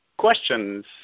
Questions